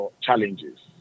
challenges